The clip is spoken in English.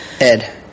Ed